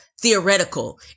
theoretical